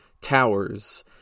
towers